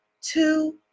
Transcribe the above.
two